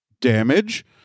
damage